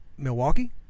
Milwaukee